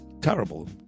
terrible